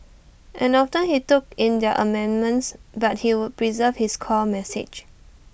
and often he took in their amendments but he would preserve his core message